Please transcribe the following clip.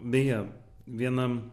beje vienam